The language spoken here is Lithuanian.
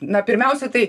na pirmiausia tai